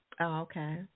okay